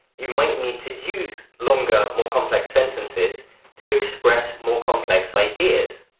you might need to use longer, more complex sentences to express more complex ideas.